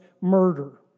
murder